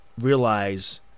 realize